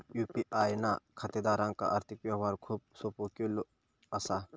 UPI ना खातेदारांक आर्थिक व्यवहार खूप सोपो केलो असा